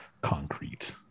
concrete